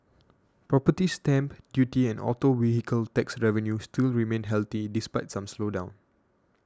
property stamp duty and auto vehicle tax revenue still remain healthy despite some slowdown